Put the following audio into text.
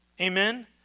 Amen